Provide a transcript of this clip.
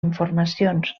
informacions